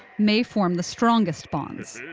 may form the strongest bonds,